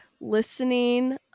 listening